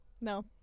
No